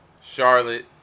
Charlotte